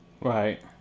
Right